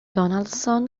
donaldson